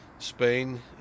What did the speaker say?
Spain